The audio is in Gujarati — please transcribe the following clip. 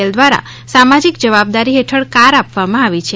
એલ દ્વારા સામાજિક જવાબદારી હેઠળ કાર આપવામાં આવી છે